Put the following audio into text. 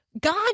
God